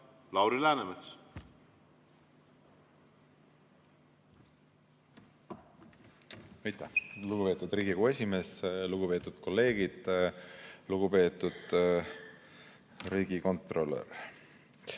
Lauri Läänemetsa. Lugupeetud Riigikogu esimees! Lugupeetud kolleegid! Lugupeetud riigikontrolör!